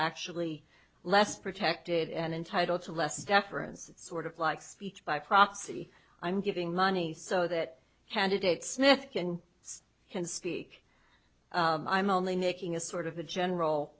actually less protected and entitle to less deference it's sort of like speech by proxy i'm giving money so that candidates neck and can speak i'm only making a sort of a general